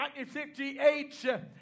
1958